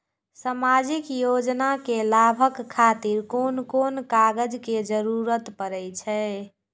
सामाजिक योजना के लाभक खातिर कोन कोन कागज के जरुरत परै छै?